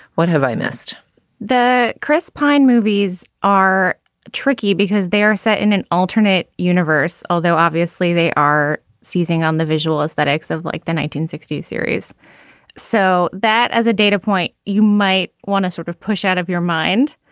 what have i missed that? chris pyne movies are tricky because they're set in an alternate universe, although obviously they are seizing on the visuals that acts of like the nineteen sixty s series so that as a data point, you might want to sort of push out of your mind.